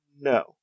no